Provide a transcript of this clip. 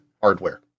hardware